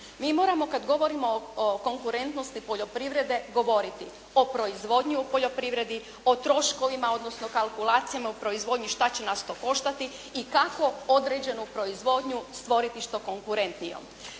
Mi moramo kada govorimo o konkurentnosti poljoprivrede govoriti o proizvodnji u poljoprivredi, o troškovima, odnosno kalkulacijama u proizvodnji što će nas to koštati i kako određenu proizvodnju stvoriti što konkurentnijom.